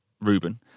Ruben